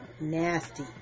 nasty